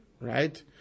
right